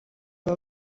aba